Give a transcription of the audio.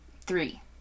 Three